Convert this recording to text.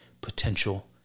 potential